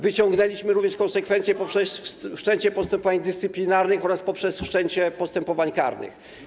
Wyciągnęliśmy również konsekwencje poprzez wszczęcie postępowań dyscyplinarnych oraz poprzez wszczęcie postępowań karnych.